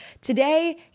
Today